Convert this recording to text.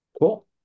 Cool